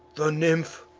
the nymph,